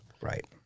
Right